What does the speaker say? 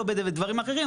לא בדברים אחרים,